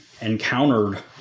encountered